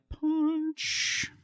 punch